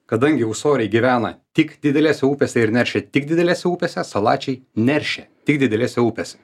kadangi ūsoriai gyvena tik didelėse upėse ir neršia tik didelėse upėse salačiai neršia tik didelėse upėse